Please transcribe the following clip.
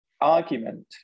argument